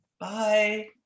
bye